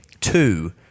two